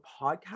podcast